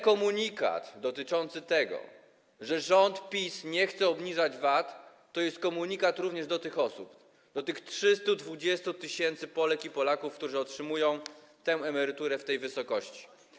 Komunikat dotyczący tego, że rząd PiS nie chce obniżać VAT, to jest komunikat skierowany również do tych osób, do tych 320 tys. Polek i Polaków, którzy otrzymują emeryturę w tej wysokości.